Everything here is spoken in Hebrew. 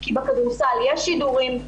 כי בכדורסל יש שידורים,